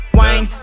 wine